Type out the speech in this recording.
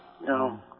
No